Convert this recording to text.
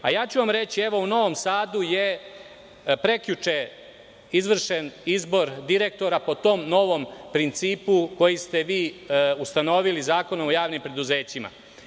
Reći ću vam, evo u Novom Sadu je prekjuče izvršen izbor direktora po tom novom principu, koji ste vi ustanovili Zakonom o javnim preduzećima.